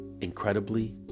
incredibly